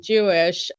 Jewish